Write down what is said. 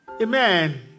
Amen